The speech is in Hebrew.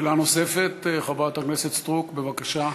שאלה נוספת, חברת הכנסת סטרוק, בבקשה.